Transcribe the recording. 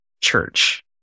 church